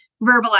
verbalize